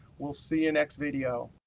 we'll see you next video.